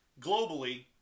globally